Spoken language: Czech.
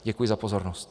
Děkuji za pozornost.